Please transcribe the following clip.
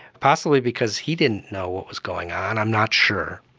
possibly because he didn't know what was going on, i'm not sure.